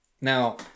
Now